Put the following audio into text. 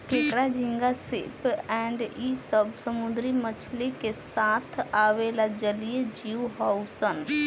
केकड़ा, झींगा, श्रिम्प इ सब समुंद्री मछली के साथ आवेला जलीय जिव हउन सन